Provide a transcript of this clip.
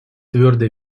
твердо